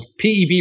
PEB